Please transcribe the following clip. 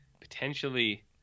potentially